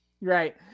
Right